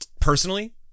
personally